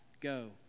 go